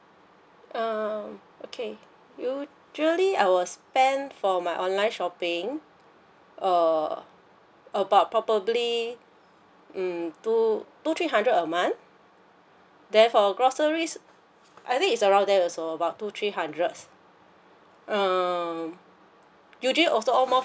um okay usually I will spend for my online shopping err about probably um two two three hundred a month then for groceries I think it's around there also about two three hundreds um usually also all more